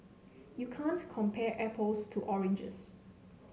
you can't compare apples to oranges